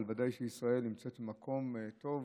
אבל בוודאי שישראל נמצאת במקום טוב,